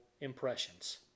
impressions